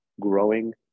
growing